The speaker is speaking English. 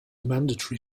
mandatory